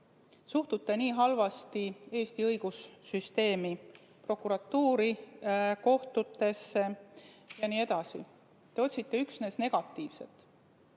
suhtute nii halvasti Eesti õigussüsteemi, prokuratuuri, kohtutesse. Te otsite üksnes negatiivset.